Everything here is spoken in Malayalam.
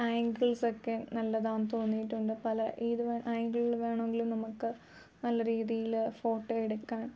ആങ്കിൾസൊക്കെ നല്ലതാണെന്ന് തോന്നിയിട്ടുണ്ട് പല ഏത് ആങ്കിളിൽ വേണമെങ്കിലും നമുക്ക് നല്ല രീതിയിൽ ഫോട്ടോ എടുക്കാൻ